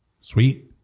Sweet